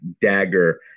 dagger